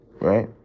right